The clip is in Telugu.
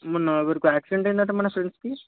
మొన్న ఎవరికో యాక్సిడెంట్ అయిందట మన ఫ్రెండ్స్కి